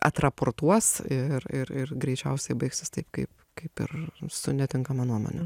atraportuos ir ir ir greičiausiai baigsis taip kaip kaip ir su netinkama nuomone